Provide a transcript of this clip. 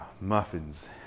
Muffins